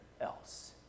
else